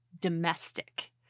domestic